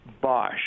Bosch